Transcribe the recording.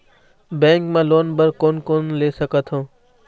Bank मा loan बर कोन कोन ले सकथों?